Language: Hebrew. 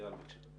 איל, בבקשה.